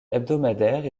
hebdomadaire